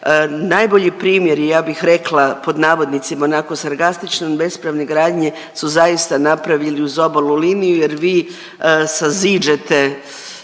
najbolji primjeri, ja bih rekla, pod navodnicima, onako sarkastično, bespravne gradnje, su zaista napraviti uz obalnu liniju jer vi saziđate